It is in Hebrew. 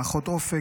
האחות אופק,